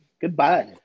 Goodbye